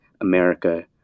America